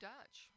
Dutch